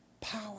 power